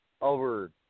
over